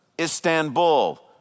Istanbul